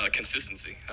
consistency